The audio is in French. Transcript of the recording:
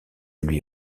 lui